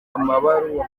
amabaruwa